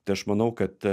tai aš manau kad